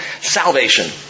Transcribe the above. Salvation